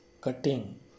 cutting